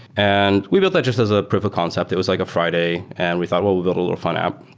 and we built that just as a proof of concept. it was like a friday and we thought, well, we build a little fun app,